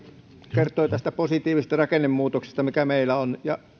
kertoi tästä positiivisesta rakennemuutoksesta mikä meillä on ja